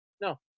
No